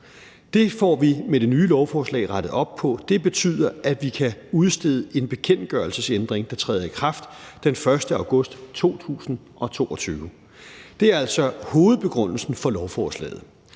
Det får vi med det nye lovforslag rettet op på; det betyder, at vi kan udstede en bekendtgørelsesændring, der træder i kraft den 1. august 2022. Det er altså hovedbegrundelsen for lovforslaget.